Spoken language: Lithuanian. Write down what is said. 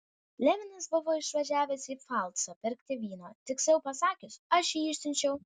levinas buvo išvažiavęs į pfalcą pirkti vyno tiksliau pasakius aš jį išsiunčiau